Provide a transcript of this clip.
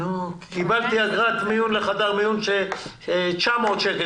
קיבלתי אגרת מיון לחדר מיון של 900 שקל,